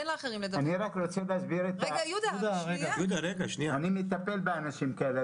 BPAP. היום BPAP מאפשר פתרון לחלק מהאנשים שזקוקים להנשמה,